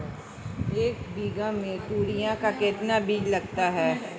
एक बीघा में तोरियां का कितना बीज लगता है?